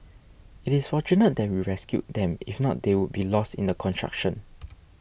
it is fortunate that we rescued them if not they would be lost in the construction